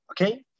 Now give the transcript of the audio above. Okay